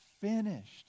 finished